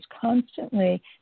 constantly